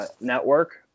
Network